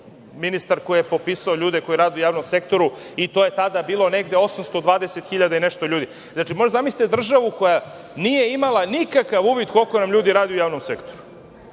ministar koji je popisao ljude koji rade u javnom sektoru, i to je tada bilo negde 820 hiljada i nešto ljudi. Znači, možete da zamislite državu koja nije imala nikakav uvid koliko nam ljudi radi u javnom sektoru,